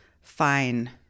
fine